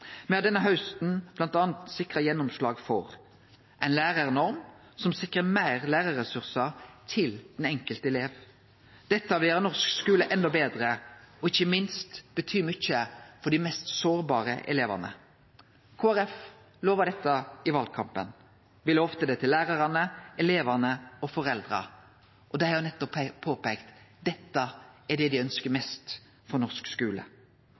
Me har denne hausten bl.a. sikra gjennomslag for ei lærarnorm som sikrar fleire lærarressursar til den enkelte elev. Dette vil gjere norsk skule enda betre og ikkje minst bety mykje for dei mest sårbare elevane. Kristeleg Folkeparti lova dette i valkampen. Me lova lærarane, elevane og foreldra det, og dei har jo nettopp peika på at dette er det dei ønskjer seg mest for norsk skule.